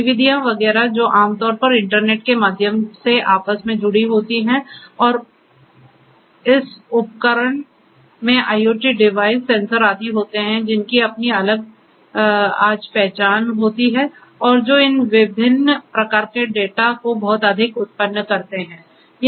गतिविधियाँ वगैरह जो आम तौर पर इंटरनेट के माध्यम से आपस में जुड़ी होती हैं और इस उपकरण में IoT डिवाइस सेंसर आदि होते हैं जिनकी अपनी आजअलग पहचान होती है और जो इन विभिन्न प्रकार के डेटा को बहुत अधिक उत्पन्न करते हैं